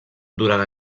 durant